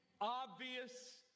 obvious